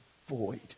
void